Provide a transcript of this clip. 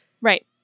Right